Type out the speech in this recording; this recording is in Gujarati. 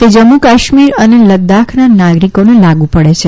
તે જમ્મુ કાશ્મીર અને લદાખના નાગરીકોને લાગુ પડે છે